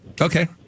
Okay